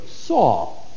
Saw